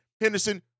Henderson